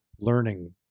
learning